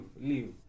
leave